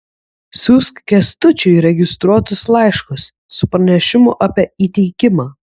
siųsk kęstučiui registruotus laiškus su pranešimu apie įteikimą